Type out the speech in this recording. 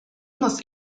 muss